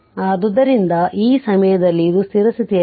ಆದ್ದರಿಂದ ಆ ಸಮಯದಲ್ಲಿ ಇದು ಸ್ಥಿರ ಸ್ಥಿತಿಯಲ್ಲಿದೆ